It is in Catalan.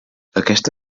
aquesta